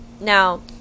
Now